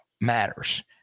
matters